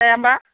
जाया होनबा